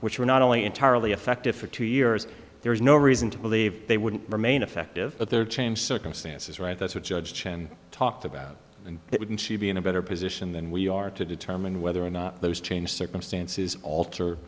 which were not only entirely effective for two years there is no reason to believe they wouldn't remain effective at their changed circumstances right that's what judge chin talked about and it wouldn't be in a better position than we are to determine whether or not those change circumstances alter